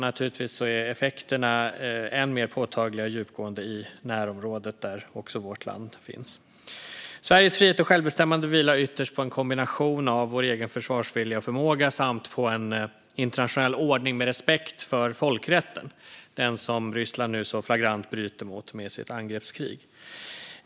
Naturligtvis är effekterna än mer påtagliga och djupgående i närområdet där också vårt land finns. Sveriges frihet och självbestämmande vilar ytterst på en kombination av vår egen försvarsvilja och förmåga samt på en internationell ordning med respekt för folkrätten, den som Ryssland nu så flagrant bryter mot med sitt angreppskrig.